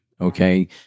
Okay